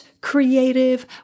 creative